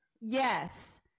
Yes